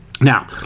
Now